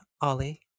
Ollie